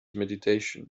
meditation